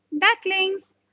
ducklings